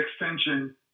extension